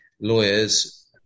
lawyers